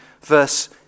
verse